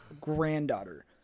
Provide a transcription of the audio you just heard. granddaughter